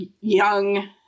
young